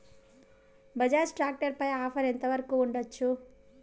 Bajaj tractor పై offer ఎంత వరకు ఉండచ్చు?